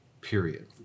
period